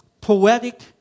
poetic